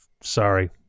Sorry